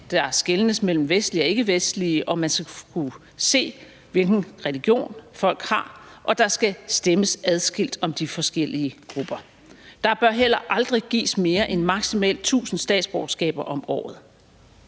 der skelnes mellem vestlige og ikkevestlige, og man skal kunne se, hvilken religion folk har, og der skal stemmes adskilt om de forskellige grupper. Der bør heller aldrig gives mere end maksimalt 1.000 statsborgerskaber om året.